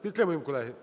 Підтримаємо, колеги.